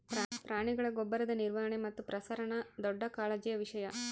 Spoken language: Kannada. ಪ್ರಾಣಿಗಳ ಗೊಬ್ಬರದ ನಿರ್ವಹಣೆ ಮತ್ತು ಪ್ರಸರಣ ದೊಡ್ಡ ಕಾಳಜಿಯ ವಿಷಯ